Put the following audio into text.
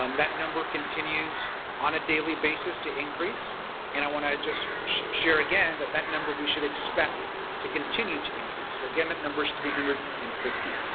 um that number continues on a daily basis to increase and i want to just share again that the number we should expect to continue to increase so again that number is three hundred and fifty.